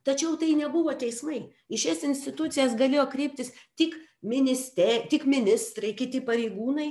tačiau tai nebuvo teismai į šias institucijas galėjo kreiptis tik ministe tik ministrai kiti pareigūnai